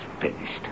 finished